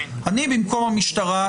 אני במקום המשטרה,